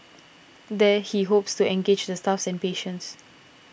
there he hopes to engage the staff and patients